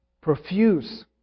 Profuse